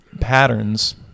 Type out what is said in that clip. patterns